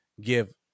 give